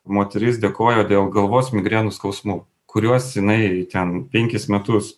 moteris dėkojo dėl galvos migrenos skausmų kuriuos jinai ten penkis metus